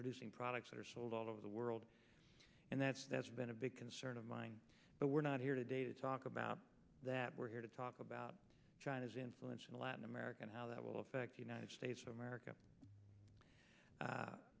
producing products that are sold all over the world and that's that's been a big concern of mine but we're not here today to talk about that we're here to talk about china's influence in latin america and how that will affect united states of america